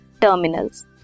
terminals